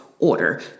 order